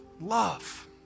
Love